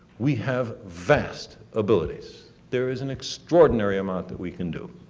we have vast abilities. there is an extraordinary amount that we can do.